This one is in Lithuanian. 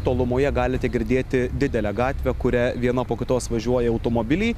tolumoje galite girdėti didelę gatvę kuria viena po kitos važiuoja automobiliai